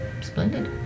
splendid